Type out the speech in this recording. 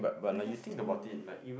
we have to